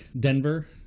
Denver